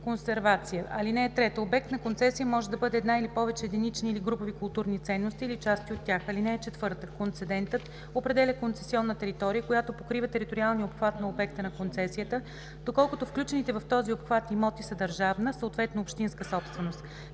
консервация. (3) Обект на концесия може да бъде една или повече единични или групови културни ценности или части от тях. (4) Концедентът определя концесионна територия, която покрива териториалния обхват на обекта на концесията, доколкото включените в този обхват имоти са държавна, съответно общинска собственост.